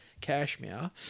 Cashmere